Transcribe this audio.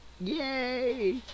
Yay